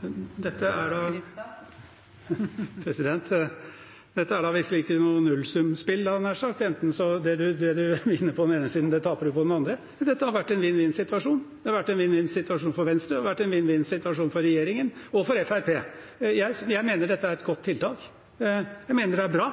Presidenten anmoder Hagebakken om å snakke til presidenten. Dette er da virkelig ikke noe nullsumspill, hadde jeg nær sagt, at det du vinner på den ene siden, det taper du på den andre. Dette har vært en vinn-vinn-situasjon. Det har vært en vinn-vinn-situasjon for Venstre, det har vært en vinn-vinn-situasjon for regjeringen – og for Fremskrittspartiet. Jeg mener dette er et godt tiltak. Jeg mener det er bra